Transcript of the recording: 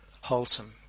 wholesome